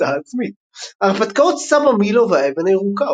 הוצאה עצמית הרפתקאות סבא מילו והאבן הירוקה,